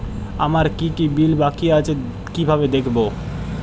আমার কি কি বিল বাকী আছে কিভাবে দেখবো?